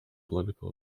political